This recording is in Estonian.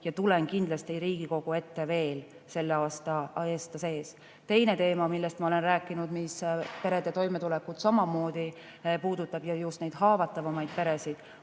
sellega kindlasti Riigikogu ette veel selle aasta sees. Teine teema, millest ma olen rääkinud ja mis perede toimetulekut samamoodi puudutab, ja just neid haavatavamaid peresid,